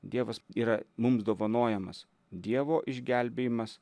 dievas yra mums dovanojamas dievo išgelbėjimas